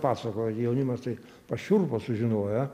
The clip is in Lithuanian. pasakoja jaunimas tai pašiurpo sužinoję